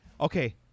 Okay